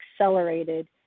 accelerated